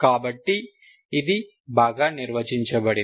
కాబట్టి ఇది బాగా నిర్వచించబడింది